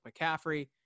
McCaffrey